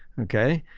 okay?